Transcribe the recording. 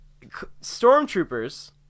stormtroopers